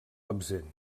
absent